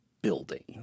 building